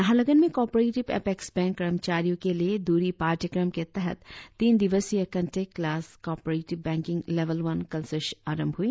नाहरलगुन में cooperative apex bank कर्मचारियों के लिए द्ररी पाठ्यक्रम के तहत तीन दिवसीय contact class cooperative banking level one कल से आरंभ हुई